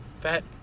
fat